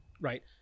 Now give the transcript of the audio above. right